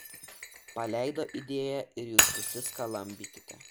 paleido idėją ir jūs visi skalambykite